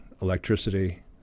electricity